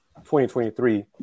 2023